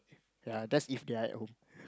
ya that's if they're at home